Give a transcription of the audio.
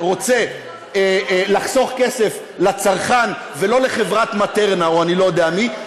רוצה לחסוך כסף לצרכן ולא לחברת "מטרנה" או אני לא יודע למי,